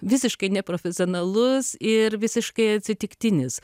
visiškai neprofesionalus ir visiškai atsitiktinis